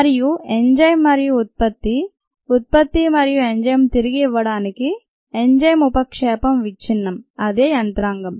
మరియు ఎంజైమ్ మరియు ఉత్పత్తి ఉత్పత్తి మరియు ఎంజైమ్ తిరిగి ఇవ్వడానికి ఎంజైమ్ ఉపక్షేపం విచ్ఛిన్నం అదే యంత్రాంగం